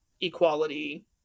equality